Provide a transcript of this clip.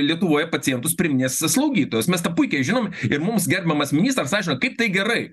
lietuvoje pacientus priiminės slaugytojos mes tą puikiai žinom ir mums gerbiamas ministras aiškino kaip tai gerai